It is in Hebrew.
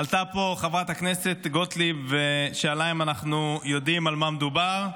עלתה לפה חברת הכנסת גוטליב ושאלה אם אנחנו יודעים על מה מדובר.